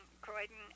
Croydon